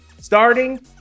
starting